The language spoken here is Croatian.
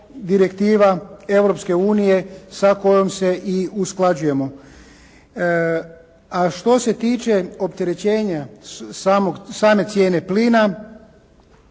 direktiva Europske unije sa kojom se i usklađujemo. A što se tiče opterećenja same cijene plina,